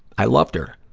i loved her,